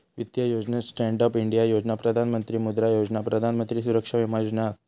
वित्तीय योजनेत stand up India योजना, प्रधान मंत्री मुद्रा योजना, प्रधान मंत्री सुरक्षा विमा योजना हत